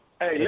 Hey